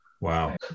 Wow